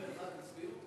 51 הצביעו?